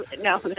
No